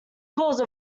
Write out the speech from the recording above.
cause